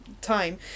time